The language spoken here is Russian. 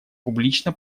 публично